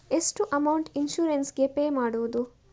ಎಷ್ಟು amount insurance ಗೇ pay ಮಾಡುವುದು?